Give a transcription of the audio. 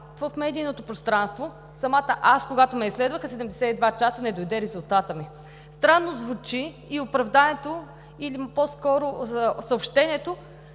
в медийното пространство. Самата аз, когато ме изследваха, 72 часа не дойде резултатът ми. Странно звучи и оправданието, или по-скоро съобщението: